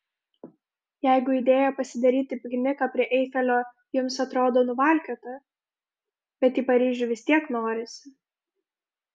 jeigu idėja pasidaryti pikniką prie eifelio jums atrodo nuvalkiota bet į paryžių vis tiek norisi